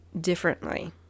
differently